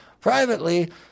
privately